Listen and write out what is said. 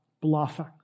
bluffing